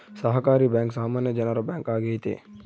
ಸಹಕಾರಿ ಬ್ಯಾಂಕ್ ಸಾಮಾನ್ಯ ಜನರ ಬ್ಯಾಂಕ್ ಆಗೈತೆ